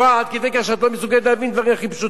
עד כדי כך שאת לא מסוגלת להבין דברים הכי פשוטים.